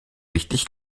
richtig